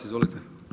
Izvolite.